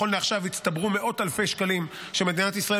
נכון לעכשיו הצטברו מאות אלפי שקלים שמדינת ישראל